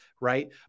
right